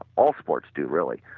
all sports do really,